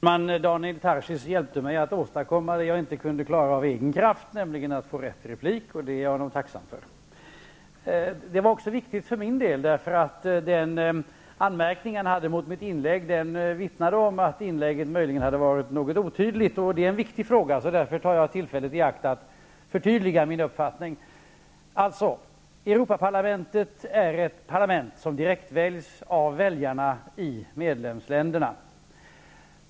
Herr talman! Daniel Tarschys hjälpte mig att åstadkomma en sak som jag inte kunde klara av egen kraft. Med hans hjälp fick jag nämligen rätt till replik. Det är jag tacksam för. Det är viktigt för min del att få bemöta den anmärkning som Daniel Tarschys hade mot mitt inlägg, vilken vittnar om att inlägget möjligen var något otydligt. Det här är en viktig fråga. Därför tar jag tillfället i akt att förtydliga min uppfattning. Europaparlamentet är alltså ett parlament som direktväljs av väljarna i medlemsländerna.